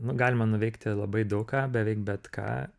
nu galima nuveikti labai daug ką beveik bet ką